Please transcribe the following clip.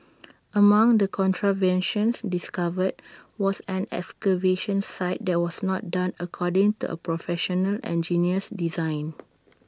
among the contraventions discovered was an excavation site that was not done according to A Professional Engineer's design